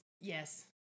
Yes